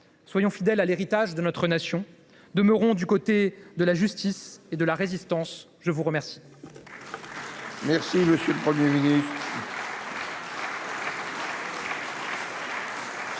soyons fidèles à l’héritage de notre nation : demeurons du côté de la justice et de la résistance. La parole